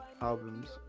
Albums